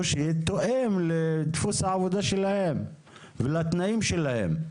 שיהיה תואם לדפוס העבודה שלהם ולתנאים שלהם.